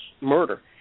murder